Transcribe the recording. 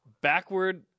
Backward